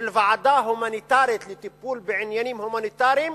של ועדה הומניטרית לטיפול בעניינים הומניטריים,